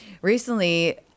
recently